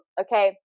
okay